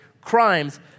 crimes